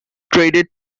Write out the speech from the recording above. traded